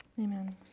Amen